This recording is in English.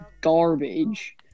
garbage